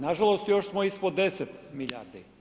Na žalost još smo ispod 10 milijardi.